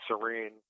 serene